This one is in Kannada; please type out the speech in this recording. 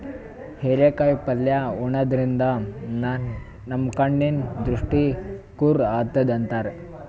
ಹಿರೇಕಾಯಿ ಪಲ್ಯ ಉಣಾದ್ರಿನ್ದ ನಮ್ ಕಣ್ಣಿನ್ ದೃಷ್ಟಿ ಖುರ್ ಆತದ್ ಅಂತಾರ್